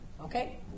Okay